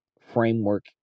framework